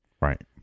Right